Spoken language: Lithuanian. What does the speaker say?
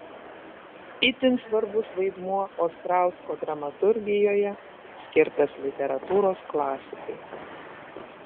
itin svarbus vaidmuo ostrausko dramaturgijoje skirtas literatūros klasikai